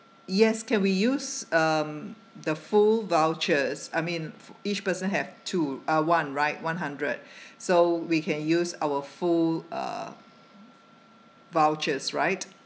yes can we use um the full vouchers I mean fo~ each person have two uh one right one hundred so we can use our full uh vouchers right